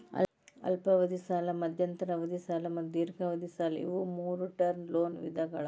ಅಲ್ಪಾವಧಿ ಸಾಲ ಮಧ್ಯಂತರ ಅವಧಿ ಸಾಲ ಮತ್ತು ದೇರ್ಘಾವಧಿ ಸಾಲ ಇವು ಮೂರೂ ಟರ್ಮ್ ಲೋನ್ ವಿಧಗಳ